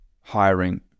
hiring